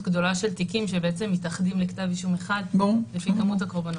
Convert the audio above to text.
גדולה של תיקים שבעצם מתאחדים לכתב אישום אחד לפי כמות הקורבנות,